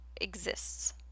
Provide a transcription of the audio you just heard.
Exists